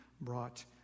brought